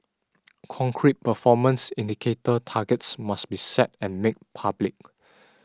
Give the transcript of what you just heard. concrete performance indicator targets must be set and made public